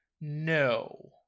No